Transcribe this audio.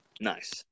nice